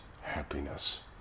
happiness